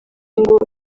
ngo